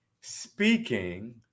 speaking